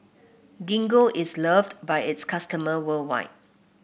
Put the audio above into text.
gingko is loved by its customers worldwide